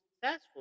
successful